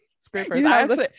Scrapers